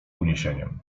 uniesieniem